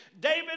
David